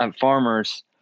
Farmers